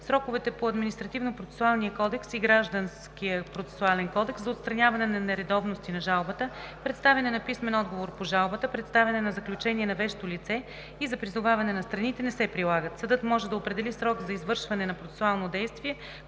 Сроковете по Административнопроцесуалния кодекс и Гражданския процесуален кодекс за отстраняване на нередовности на жалбата, представяне на писмен отговор по жалбата, представяне на заключение на вещо лице и за призоваване на страните не се прилагат. Съдът може да определи срок за извършване на процесуално действие,